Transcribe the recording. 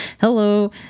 hello